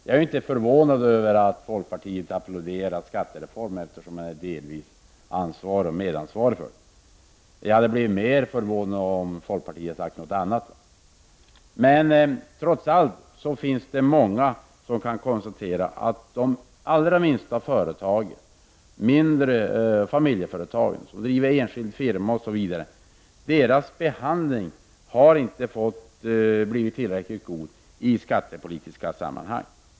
Jag är inte förvånad över att folkpartiet applåderar skattereformen, eftersom det delvis är medansvarigt för den. Jag hade blivit mer förvånad om folkpartiet sagt något annat. Trots allt finns det många som kan konstatera att de allra minsta företagen, mindre familjeföretag, de som driver enskild firma osv. , inte har fått en tillräckligt god behandling i skattepolitiska sammanhang.